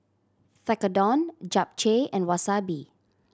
Tekkadon Japchae and Wasabi